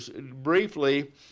briefly